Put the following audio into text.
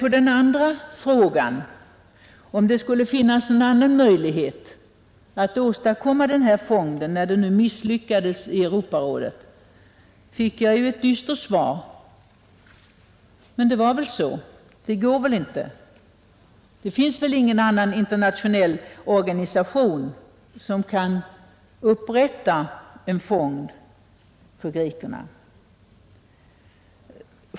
På den andra frågan, om det skulle finnas en annan möjlighet att åstadkomma en sådan fond, när det nu misslyckats i Europarådet, fick jag däremot ett dystert svar. Men det finns väl inte någon annan internationell organisation som kan upprätta en sådan fond för grekerna.